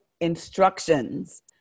instructions